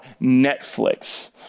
Netflix